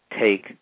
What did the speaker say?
take